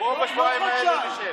בוא נשב בשבועיים האלה.